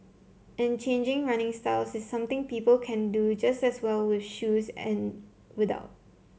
and changing running styles is something people can do just as well with shoes and without